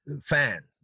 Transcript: fans